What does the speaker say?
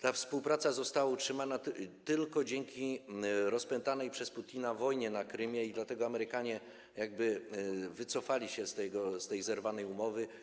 Ta współpraca została utrzymana tylko dzięki rozpętanej przez Putina wojnie na Krymie i dlatego Amerykanie wycofali się z tej zerwanej umowy.